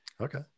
okay